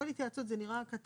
כל התייעצות זה נראה קטן.